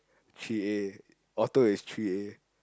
three A auto is three A